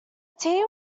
tea